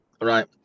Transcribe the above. Right